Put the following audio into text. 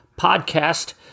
podcast